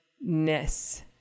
ness